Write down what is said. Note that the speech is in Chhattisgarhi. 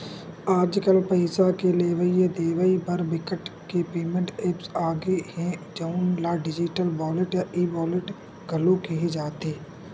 आजकल पइसा के लेवइ देवइ बर बिकट के पेमेंट ऐप्स आ गे हे जउन ल डिजिटल वॉलेट या ई वॉलेट घलो केहे जाथे